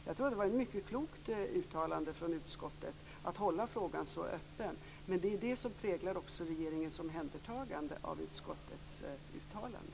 Jag tror att det var mycket klokt av utskottet att hålla frågan så öppen, och det präglar också regeringens omhändertagande av utskottets uttalande.